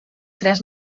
tres